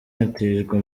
yatijwe